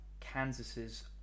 kansas's